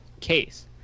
case